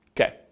Okay